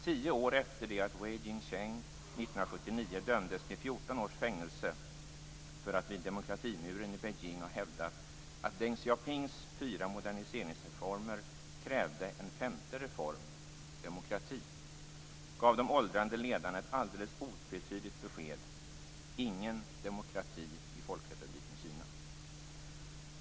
Tio år efter det att Wei Jing-sheng dömdes till 14 års fängelse för att vid Demokratimuren i Beijing ha hävdat att Deng Hsiao-pings fyra moderniseringsreformer krävde en femte reform - demokrati - gav de åldrande ledarna ett alldeles otvetydigt besked: Ingen demokrati i Folkrepubliken Kina.